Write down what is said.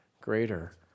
greater